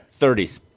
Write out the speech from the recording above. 30s